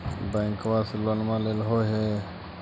बैंकवा से लोनवा लेलहो हे?